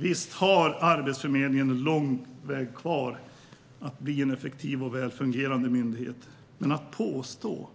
Visst har Arbetsförmedlingen en lång väg kvar till att bli en effektiv och väl fungerande myndighet. Men att påstå